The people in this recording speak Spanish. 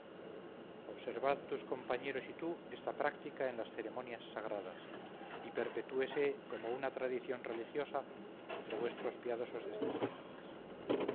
observad tus compañeros y tú esta práctica en las ceremonias sagradas y perpetúese como una tradición religiosa entre vuestros piadosos descendientes